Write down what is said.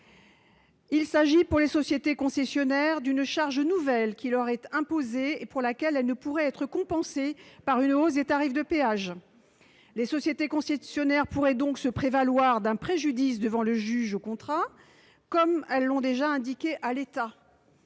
Il s'agit, pour les sociétés concessionnaires, d'une charge nouvelle qui leur est imposée et pour laquelle elles ne pourraient être compensées par une hausse des tarifs de péage. [...] Les sociétés concessionnaires pourraient donc se prévaloir d'un préjudice devant le juge du contrat, comme elles l'ont déjà indiqué à l'État.